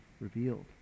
revealed